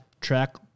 track